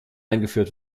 eingeführt